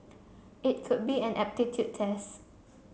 it could be an aptitude test